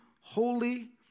holy